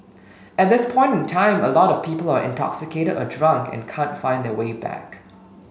at this point in time a lot of people are intoxicated or drunk and can't find their way back